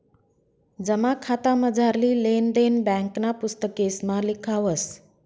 जमा खातामझारली लेन देन ब्यांकना पुस्तकेसमा लिखावस